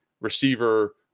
receiver